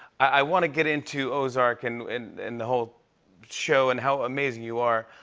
i want to get into ozark and and and the whole show and how amazing you are.